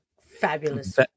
fabulous